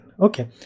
Okay